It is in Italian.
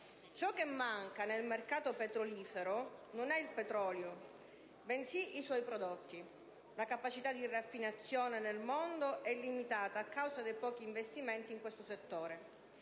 Ciò che manca nel mercato petrolifero non è il petrolio bensì i suoi prodotti: la capacità di raffinazione nel mondo è limitata a causa dei pochi investimenti in questo settore;